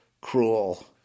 cruel